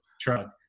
truck